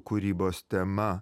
kūrybos tema